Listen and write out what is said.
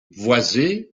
voisée